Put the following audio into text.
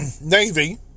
navy